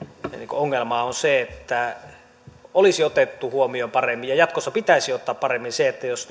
ongelmaa on se että olisi otettu huomioon paremmin ja jatkossa pitäisi ottaa paremmin huomioon se jos